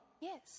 Yes